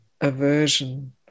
aversion